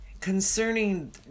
concerning